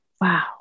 Wow